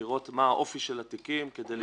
לראות מה האופי של התיקים כדי להתרשם.